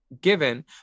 given